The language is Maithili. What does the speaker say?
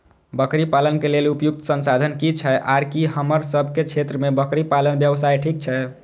बकरी पालन के लेल उपयुक्त संसाधन की छै आर की हमर सब के क्षेत्र में बकरी पालन व्यवसाय ठीक छै?